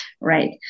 right